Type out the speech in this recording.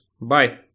Bye